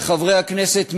וחברי הכנסת מש"ס,